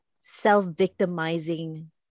self-victimizing